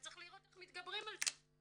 וצריך לראות איך מתגברים על זה.